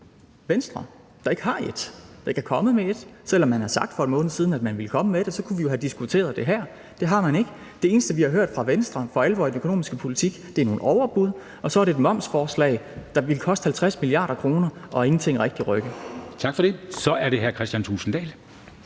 Venstre, der ikke har et; man er ikke kommet med et, selv om man for en måned siden sagde, at man ville komme med det. Og så kunne vi jo have diskuteret det her. Det har man ikke gjort. Det eneste, vi har hørt fra Venstre, hvad angår den økonomiske politik, er nogle overbud, og så var der et momsforslag, der ville koste 50 mia. kr., og som ikke rigtig rykkede. Kl. 09:17 Formanden